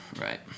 right